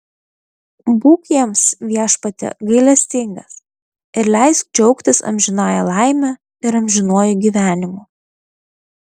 būk jiems viešpatie gailestingas ir leisk džiaugtis amžinąja laime ir amžinuoju gyvenimu